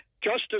Justice